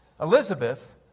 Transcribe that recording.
Elizabeth